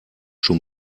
schon